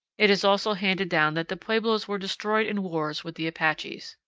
it is also handed down that the pueblos were destroyed in wars with the apaches.